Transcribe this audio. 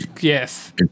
yes